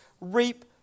reap